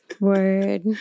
word